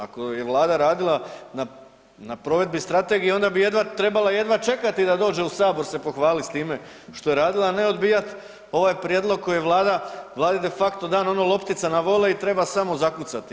Ako je Vlada radila na provedbi Strategije onda bi trebala jedva čekati da dođe u Sabor se pohvaliti s time što je radila, a ne odbijati ovaj prijedlog koji je Vladi de facto dana loptica na volej i treba samo zakucati.